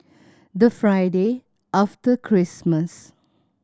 the Friday after Christmas